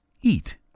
eat